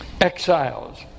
exiles